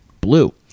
Blue